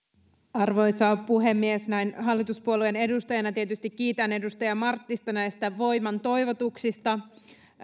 arvoisa puhemies näin hallituspuolueen edustajana tietysti kiitän edustaja marttista näistä voimantoivotuksista